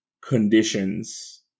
conditions